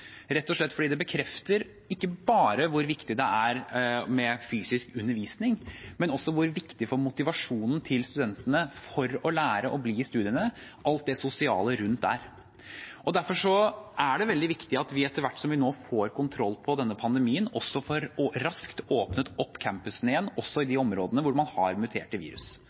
rett og slett fordi det bekrefter ikke bare hvor viktig det er med fysisk undervisning, men også hvor viktig for motivasjonen til studentene for å lære og bli i studiene alt det sosiale rundt er. Derfor er det veldig viktig at vi etter hvert som vi nå får kontroll på denne pandemien, raskt får åpnet opp campusene igjen også i de områdene hvor man har muterte virus.